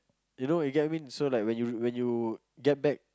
you know you get what I mean so when you when you get back